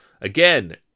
Again